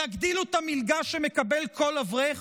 יגדילו את המלגה שמקבל כל אברך?